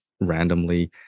randomly